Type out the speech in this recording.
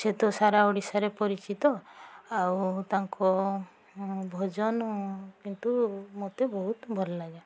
ସିଏ ସାରା ଓଡ଼ିଶାରେ ପରିଚିତ ଆଉ ତାଙ୍କ ଭଜନ କିନ୍ତୁ ମୋତେ ବହୁତ ଭଲଲାଗେ